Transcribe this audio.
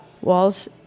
Walls